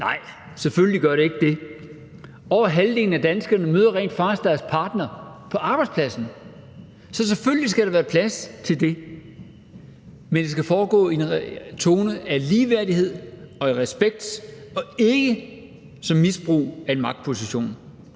Nej, selvfølgelig gør det ikke det. Over halvdelen af danskerne møder rent faktisk deres partner på arbejdspladsen, så selvfølgelig skal der være plads til det, men det skal foregå i en tone af ligeværdighed og i respekt og ikke som misbrug af en magtposition.